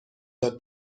داد